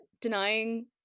denying